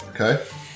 Okay